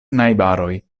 najbaroj